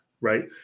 right